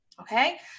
okay